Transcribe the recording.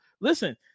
listen